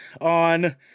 on